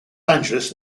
angeles